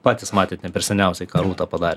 patys matėt ne per seniausiai ką rūta padarė